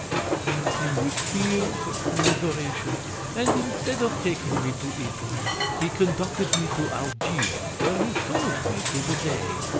i thanked him with tears of commiseration and instead of taking me to italy he conducted me to algiers, where he sold me to the dey.